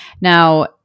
Now